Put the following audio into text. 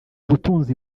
ubutunzi